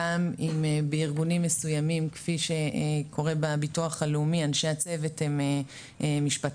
גם אם בארגונים מסוימים כפי שקורה בביטוח הלאומי אנשי הצוות הם משפטנים,